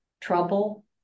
trouble